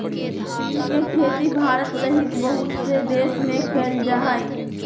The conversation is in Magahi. तिल के खेती भारत सहित बहुत से देश में कइल जाहई